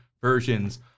versions